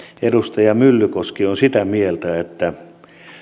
edustaja myllykoski on sitä mieltä että